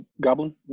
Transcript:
Goblin